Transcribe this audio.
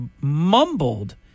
mumbled